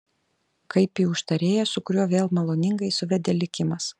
kaip į užtarėją su kuriuo vėl maloningai suvedė likimas